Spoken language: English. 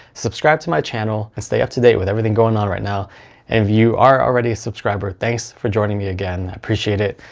subscribe to my channel and stay up to date with everything going on right now. and if you are already a subscriber, thanks for joining me again, i appreciate it.